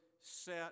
set